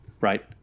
right